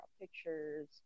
pictures